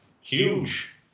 huge